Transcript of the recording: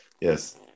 yes